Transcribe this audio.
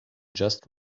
just